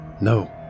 No